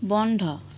বন্ধ